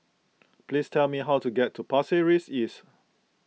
please tell me how to get to Pasir Ris East